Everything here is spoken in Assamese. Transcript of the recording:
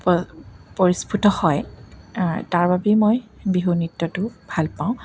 হয় তাৰ বাবেই মই বিহু নৃত্যটো ভাল পাওঁ